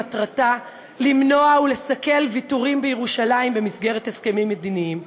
מטרתה למנוע ולסכל ויתורים בירושלים במסגרת הסכמים מדיניים.